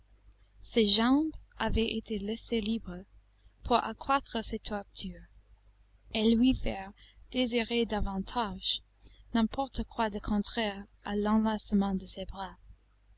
ses jambes avaient été laissées libres pour accroître ses tortures et lui faire désirer davantage n'importe quoi de contraire à l'enlacement de ses bras